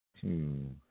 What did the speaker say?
Two